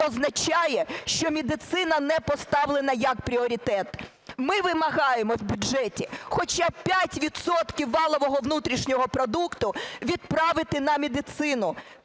означає, що медицина не поставлена як пріоритет. Ми вимагаємо в бюджеті хоча б 5 відсотків валового внутрішнього продукту відправити на медицину.